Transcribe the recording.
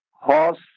horse